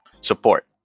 support